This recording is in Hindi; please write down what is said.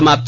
समाप्त